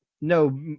no